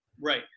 right